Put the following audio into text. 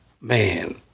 man